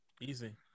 easy